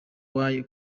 way